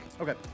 Okay